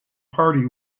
party